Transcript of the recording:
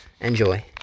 Enjoy